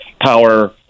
power